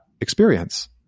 experience